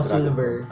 Silver